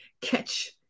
catch